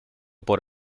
por